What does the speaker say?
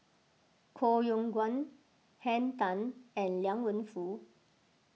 Koh Yong Guan Henn Tan and Liang Wenfu